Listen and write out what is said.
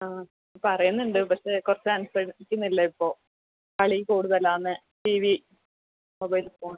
ആ പറയുന്നുണ്ട് പക്ഷെ കുറച്ച് അനുസരിക്കുന്നില്ല ഇപ്പോൾ കളി കൂടുതലാണ് ടി വി മൊബൈൽ ഫോൺ